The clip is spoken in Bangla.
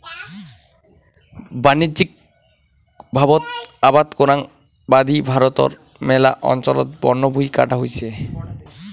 বাণিজ্যিকভাবত আবাদ করাং বাদি ভারতর ম্যালা অঞ্চলত বনভুঁই কাটা হইছে